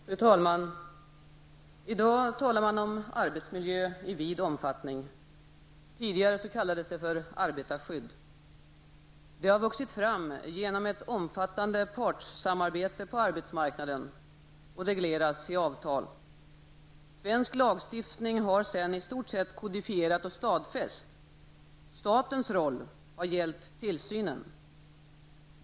Fru talman! I dag talar man om arbetsmiljö i vid omfattning. Tidigare kallades det arbetarskydd. Det har vuxit fram genom ett omfattande partssamarbete på arbetsmarknaden och reglerats i avtal. Svensk lagstiftning har sedan i stort sett kodifierat och stadfäst. Statens roll har gällt tillsynen.